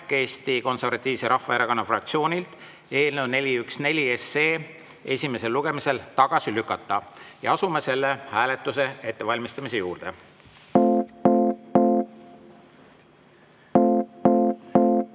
Eesti Konservatiivse Rahvaerakonna fraktsioonilt eelnõu 414 esimesel lugemisel tagasi lükata. Asume selle hääletuse ettevalmistamise juurde. Head